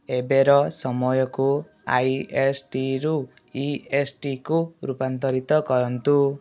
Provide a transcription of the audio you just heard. ଏବେର ସମୟକୁ ଆଇଏସଟିରୁ ଇଏସଟିକୁ ରୂପାନ୍ତରିତ କରନ୍ତୁ